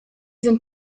sind